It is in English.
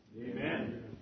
Amen